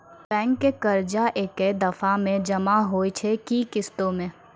Bank के कर्जा ऐकै दफ़ा मे जमा होय छै कि किस्तो मे?